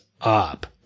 up